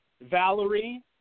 Valerie